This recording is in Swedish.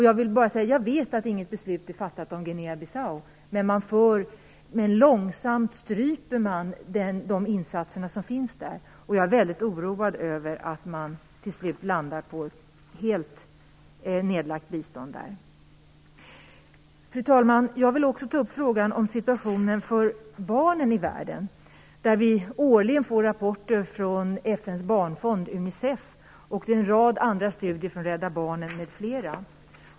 Jag vet att inget beslut är fattat om Guinea-Bissau, men man stryper långsamt de insatser som finns där. Jag är väldigt oroad över att vi till slut landar på ett helt nedlagt bistånd till Guinea-Bissau. Fru talman! Jag vill ta upp frågan om situationen för barnen vi världen. Årligen kommer rapporter från FN:s barnfond Unicef och en rad andra studier från Rädda Barnen m.fl.